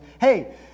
Hey